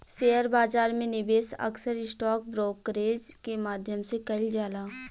share बाजार में निवेश अक्सर स्टॉक ब्रोकरेज के माध्यम से कईल जाला